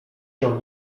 się